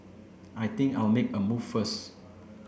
I think I'll make a move first